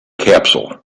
capsule